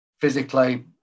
physically